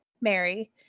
Mary